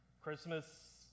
Christmas